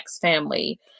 family